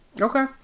Okay